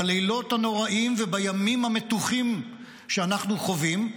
בלילות הנוראיים ובימים המתוחים שאנחנו חווים,